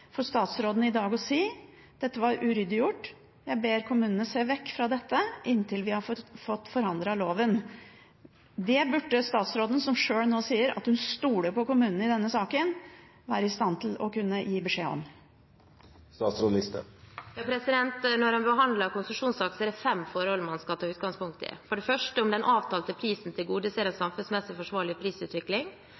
for statsråden i dag å si: Dette var uryddig gjort, jeg ber kommunene se vekk fra dette inntil vi har fått forandret loven. Det burde statsråden, som sjøl nå sier at hun stoler på kommunene i denne saken, være i stand til å kunne gi beskjed om. Når en behandler konsesjonssaker, er det fem forhold man skal ta utgangspunkt i: før det første om den avtalte prisen tilgodeser en samfunnsmessig forsvarlig prisutvikling, for det andre om erververs formål vil ivareta hensynet til